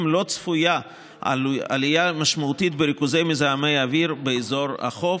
לא צפויה עלייה משמעותית בריכוזי מזהמי האוויר באזור חוף,